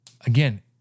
again